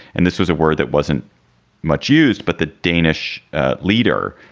and this was a word that wasn't much used. but the danish leader,